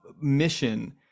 mission